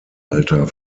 alter